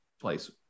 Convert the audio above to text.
place